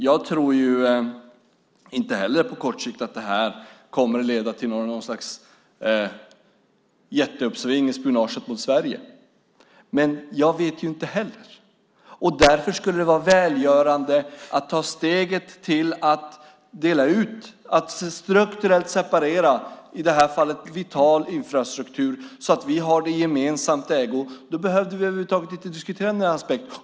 Jag tror inte heller att detta på kort sikt kommer att leda till något slags jätteuppsving i spionaget mot Sverige. Men jag vet inte heller. Därför skulle det vara välgörande att ta steget och strukturellt separera i detta fall vital infrastruktur så att vi har den i gemensam ägo. Då skulle vi över huvud taget inte behöva diskutera denna aspekt.